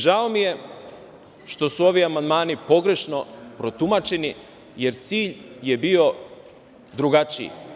Žao mi je što su ovi amandmani pogrešno protumačeni, jer cilj je bio drugačiji.